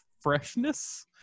freshness